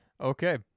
Okay